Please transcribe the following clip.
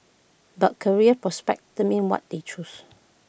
but career prospects determined what they choose